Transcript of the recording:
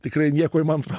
tikrai nieko įmantrau